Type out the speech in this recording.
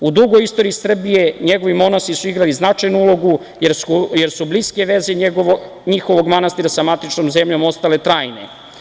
U dugoj istoriji Srbije njegovi monasi su igrali značajnu ulogu, jer su bliske veze njihovog manastira sa matičnom zemljom ostale trajne.